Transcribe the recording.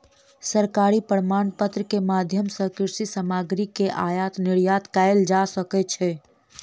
सरकारी प्रमाणपत्र के माध्यम सॅ कृषि सामग्री के आयात निर्यात कयल जा सकै छै